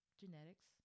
genetics